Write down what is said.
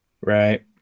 Right